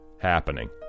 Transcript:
happening